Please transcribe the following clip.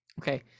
Okay